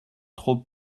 trop